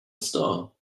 star